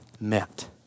met